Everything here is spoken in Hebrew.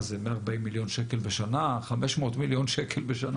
מה זה, 140 מיליון שקל בשנה, 500 מיליון שקל בשנה?